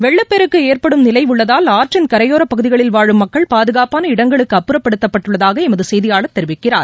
வெள்ளப்பெருக்கு ஏற்படும் நிலை உள்ளதால் ஆற்றின் கரையோரப் பகுதிகளில் வாழும் மக்கள் பாதுகாப்பான இடங்களுக்கு அப்புறப்படுத்தப்பட்டுள்ளதாக எமது செய்தியாளர் தெரிவிக்கிறார்